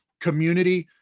community,